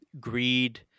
greed